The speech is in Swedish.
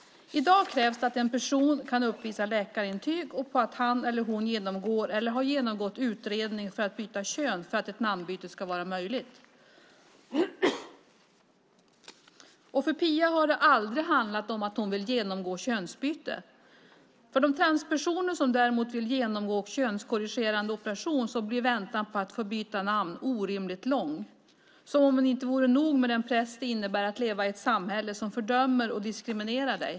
I dag krävs det att en person kan uppvisa läkarintyg på att han eller hon genomgår eller har genomgått utredning för att byta kön för att ett namnbyte ska vara möjligt. För Pia har det aldrig handlat om att genomgå könsbyte. För de transpersoner som däremot vill genomgå könskorrigerande operation blir väntan på att få byta namn orimligt lång, som om det inte vore nog med den press som det innebär att leva i ett samhälle som fördömer och diskriminerar dig.